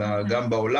אלא גם בעולם.